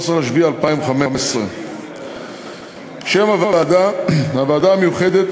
13 ביולי 2015. שם הוועדה, הוועדה המיוחדת